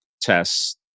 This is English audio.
tests